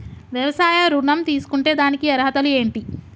వ్యవసాయ ఋణం తీసుకుంటే దానికి అర్హతలు ఏంటి?